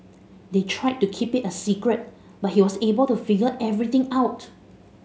they tried to keep it a secret but he was able to figure everything out